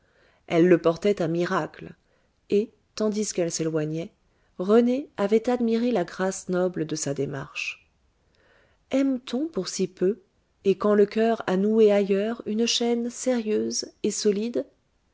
elle le portait à miracle et tandis qu'elle s'éloignait rené avait admiré la grâce noble de sa démarche aime-t-on pour si peu et quand le coeur a noué ailleurs une chaîne sérieuse et solide